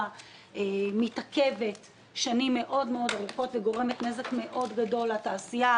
מתעכבת שנים ארוכות מאוד וגורמת נזק גדול מאוד לתעשייה.